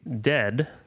dead